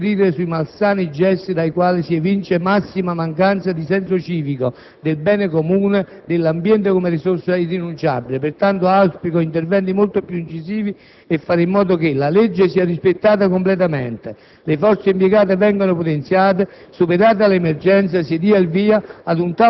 a riferire sui malsani gesti dai quali si evince massima mancanza di senso civico, del bene comune, dell'ambiente come risorsa irrinunciabile. Auspico, pertanto, interventi molto più incisivi per fare in modo che la legge sia rispettata completamente, che le forze impiegate vengano potenziate e infine che, superata l'emergenza, si dia il via